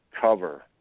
cover